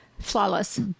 flawless